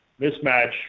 mismatch